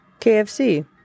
KFC